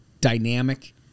dynamic